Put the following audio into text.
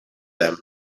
them